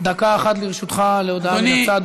דקה אחת לרשותך להודעה מהצד.